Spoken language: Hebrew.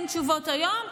אין תשובות היום,